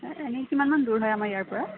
এনেই কিমানমান দূৰ হয় আমাৰ ইয়াৰ পৰা